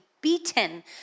beaten